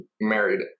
married